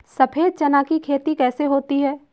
सफेद चना की खेती कैसे होती है?